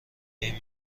این